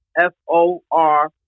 f-o-r